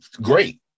Great